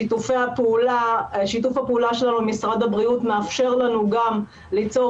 שיתוף הפעולה שלנו עם משרד הבריאות מאפשר לנו גם ליצור